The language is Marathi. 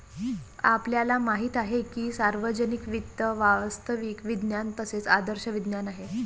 आपल्याला माहित आहे की सार्वजनिक वित्त वास्तविक विज्ञान तसेच आदर्श विज्ञान आहे